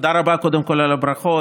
תודה רבה קודם כול על הברכות.